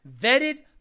vetted